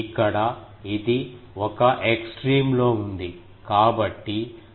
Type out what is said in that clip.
ఇక్కడ ఇది ఒక ఎక్స్ట్రీమ్ లో ఉంది